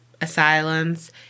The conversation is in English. asylums